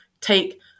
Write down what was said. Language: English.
take